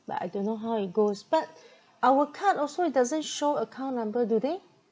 but I don't know how it goes but our card also it doesn't show account number do they